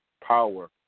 power